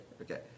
okay